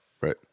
right